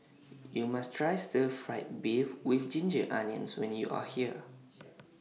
YOU must Try Stir Fried Beef with Ginger Onions when YOU Are here